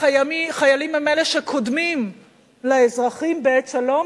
והחיילים הם אלה שקודמים לאזרחים בעת שלום,